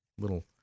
Little